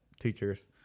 teachers